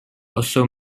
also